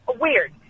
Weird